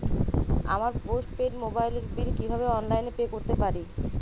আমার post paid মোবাইলের বিল কীভাবে অনলাইনে পে করতে পারি?